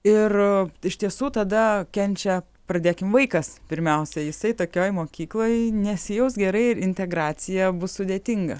ir iš tiesų tada kenčia pradėkim vaikas pirmiausia jisai tokioj mokykloj nesijaus gerai ir integracija bus sudėtinga